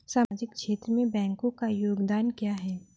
सामाजिक क्षेत्र में बैंकों का योगदान क्या है?